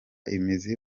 imizi